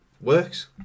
works